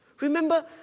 Remember